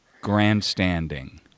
grandstanding